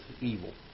evil